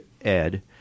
Ed